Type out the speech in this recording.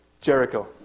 Jericho